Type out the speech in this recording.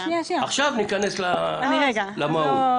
עכשיו ניכנס למהות.